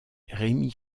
rémy